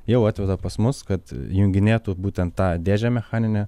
jau atveda pas mus kad junginėtų būtent tą dėžę mechaninę